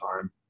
time